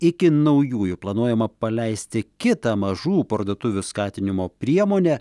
iki naujųjų planuojama paleisti kitą mažų parduotuvių skatinimo priemonę